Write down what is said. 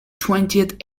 twentieth